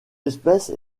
espèce